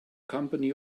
company